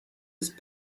ist